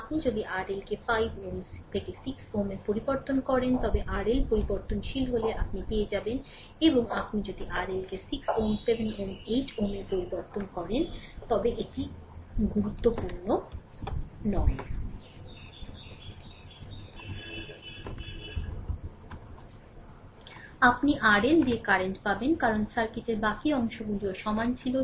আপনি যদি RLকে 5 Ω 6 Ω to তে পরিবর্তন করেন তবে RL পরিবর্তনশীল হলে আপনি পেয়ে যাবেন এবং আপনি যদি RLকে 6 Ω 7 Ω 8Ω এ পরিবর্তন করেন তবে এটি গুরুত্বপূর্ণ নয় আপনি RL দিয়ে কারেন্ট পাবেন কারণ সার্কিটের বাকি অংশগুলিও সমান ছিল